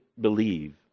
believe